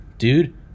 dude